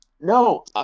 No